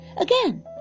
again